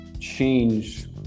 change